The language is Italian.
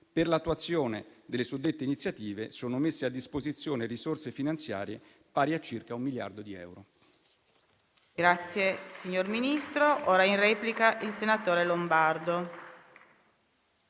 Per l'attuazione delle suddette iniziative sono messe a disposizione risorse finanziarie pari a circa un miliardo di euro.